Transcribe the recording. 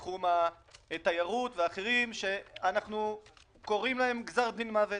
על עסקים בתחום התיירות ואחרים שאנחנו גוזרים עליהם גזר דין מוות.